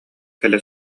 кэлэ